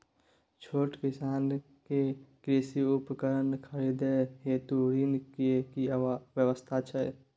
छोट किसान के कृषि उपकरण खरीदय हेतु ऋण के की व्यवस्था छै?